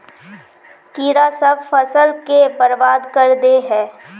कीड़ा सब फ़सल के बर्बाद कर दे है?